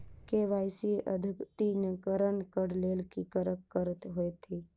KYC अद्यतनीकरण कऽ लेल की करऽ कऽ हेतइ?